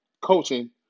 coaching